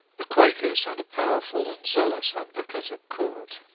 the quakers had a powerful and zealous advocate at court.